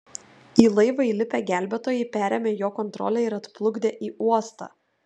į laivą įlipę gelbėtojai perėmė jo kontrolę ir atplukdė į uostą